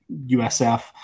USF